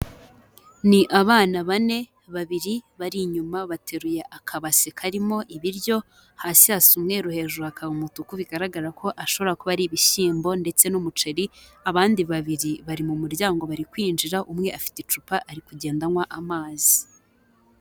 Ni abana bane, babiri bari inyuma bateruye akabase karimo ibiryo, hasi hasa umweru, hejuru hakaba umutuku, bigaragara ko ashobora kuba ari ibishyimbo ndetse n'umuceri, abandi babiri bari mu muryango bari kwinjira, umwe afite icupa ari kugenda anywa amazi.